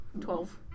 Twelve